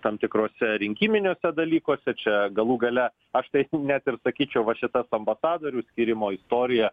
tam tikruose rinkiminiuose dalykuose čia galų gale aš tai net ir sakyčiau va šitas ambasadoriaus skirimo istorija